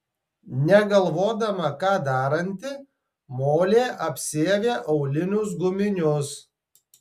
negalvodama ką daranti molė apsiavė aulinius guminius